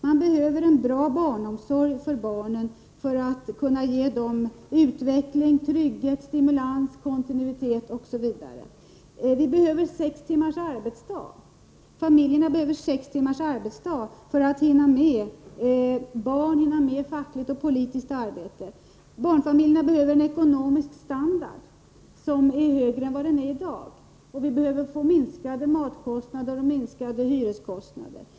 Man behöver en bra barnomsorg för att kunna ge barnen utveckling, trygghet, stimulans, kontinuitet osv. Familjerna behöver sex timmars arbetsdag för att hinna med barn och hinna med fackligt och politiskt arbete. Barnfamiljerna behöver en ekonomisk standard som är högre än vad den är i dag. Vi behöver få minskade matkostnader och minskade hyreskostnader.